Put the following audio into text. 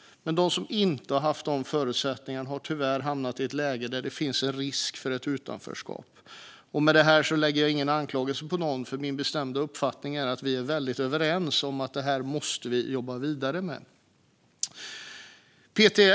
Men de som inte har haft dessa förutsättningar har tyvärr hamnat i ett läge där det finns en risk för ett utanförskap. Med detta lägger jag ingen anklagelse på någon, eftersom min bestämda uppfattning är att vi är väldigt överens om att vi måste jobba vidare med detta.